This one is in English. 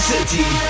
City